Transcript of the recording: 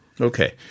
Okay